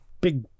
big